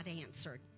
answered